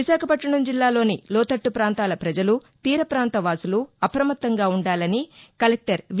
విశాఖపట్టణం జిల్లాలోని లోతట్టు ప్రాంతాల ప్రజలు తీర ప్రాంత వాసులు అప్రమత్తంగా ఉండాలని కలెక్టర్ వి